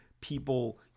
people